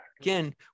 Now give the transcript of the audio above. again